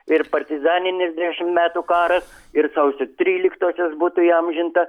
ir partizaninis dešimt metų karas ir sausio tryliktosios būtų įamžinta